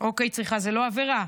צריכה זאת לא עבירה.